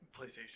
PlayStation